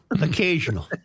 Occasional